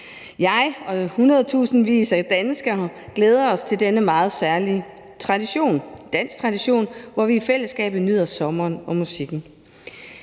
Jeg og hundredtusindvis af danskere glæder os til denne meget særlige tradition – det er en dansk tradition – hvor vi i fællesskab nyder sommeren og musikken.